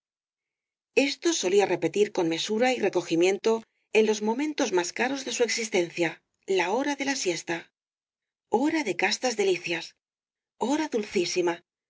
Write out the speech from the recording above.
esto solía repetir con mesura y recogimiento en los momentos más caros de su existencia la hora de la siesta hora de castas delicias hora dulcísima